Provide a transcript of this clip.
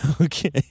Okay